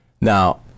Now